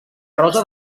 rosa